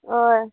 हय